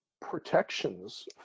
protections